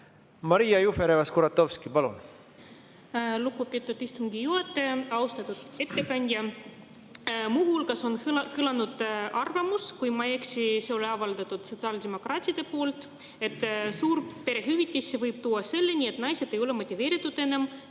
Maria Jufereva-Skuratovski, palun! Lugupeetud istungi juhataja! Austatud ettekandja! Muu hulgas on kõlanud arvamus – kui ma ei eksi, see oli avaldatud sotsiaaldemokraatide poolt –, et suurpere hüvitis võib viia selleni, et naised ei ole motiveeritud enam